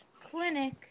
clinic